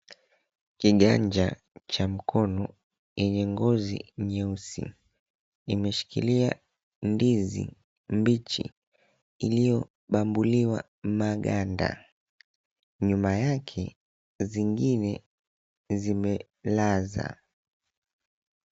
Kiganja cha mkono yenye ngozi nyeusi imeshikilia ndizi mbichi iliyobambuliwa maganda. Nyuma yake zingine zimelaza.